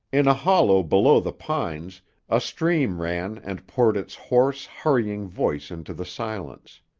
in a hollow below the pines a stream ran and poured its hoarse, hurrying voice into the silence.